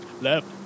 left